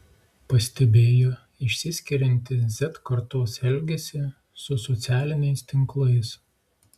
pastebėjo išsiskiriantį z kartos elgesį su socialiniais tinklais